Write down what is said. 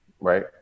right